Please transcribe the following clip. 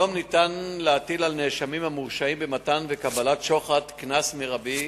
היום ניתן להטיל על נאשמים המורשעים במתן שוחד ובקבלת שוחד קנס מרבי